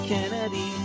Kennedy